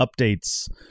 updates